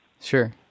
Sure